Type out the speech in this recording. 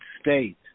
state